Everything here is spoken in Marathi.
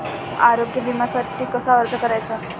आरोग्य विम्यासाठी कसा अर्ज करायचा?